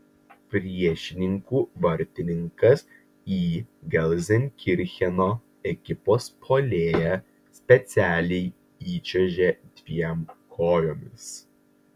priešininkų vartininkas į gelzenkircheno ekipos puolėją specialiai įčiuožė dviem kojomis